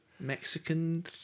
Mexican